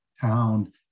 town